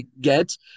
get